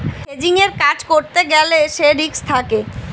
হেজিংয়ের কাজ করতে গ্যালে সে রিস্ক থাকে